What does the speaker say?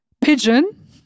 pigeon